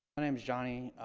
and um johnny.